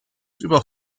über